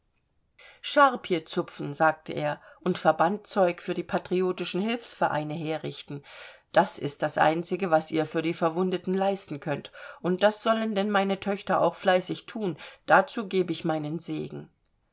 charpie zupfen sagte er und verbandzeug für die patriotischen hilfsvereine herrichten das ist das einzige was ihr für die verwundeten leisten könnt und das sollen denn meine töchter auch fleißig thun dazu geb ich meinen segen